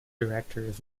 directors